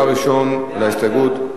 דבר ראשון על ההסתייגות.